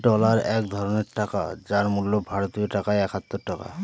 dollar এক ধরনের টাকা যার মূল্য ভারতীয় টাকায় একাত্তর টাকা